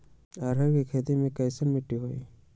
अरहर के खेती मे कैसन मिट्टी होइ?